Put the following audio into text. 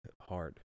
hard